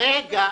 רק רגע.